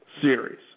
series